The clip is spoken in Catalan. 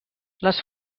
les